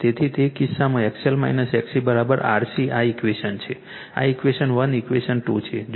તેથી તે કિસ્સામાં XL XC RC આ ઇક્વેશન 1 છે આ ઇક્વેશન 2 છે